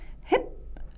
Hip